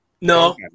No